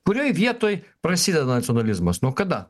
kurioj vietoj prasideda nacionalizmas nuo kada